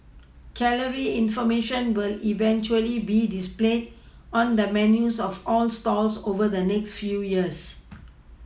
calorie information will eventually be displayed on the menus of all the stalls over the next few years